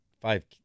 five